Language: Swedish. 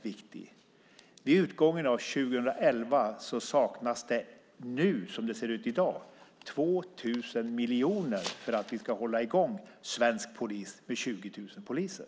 Det gällde finansieringen. Som det ser ut i dag kommer det nämligen vid utgången av 2011 att saknas 2 000 miljoner för att vi ska kunna hålla i gång det svenska polisväsendet med 20 000 poliser.